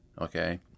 okay